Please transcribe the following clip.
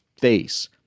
face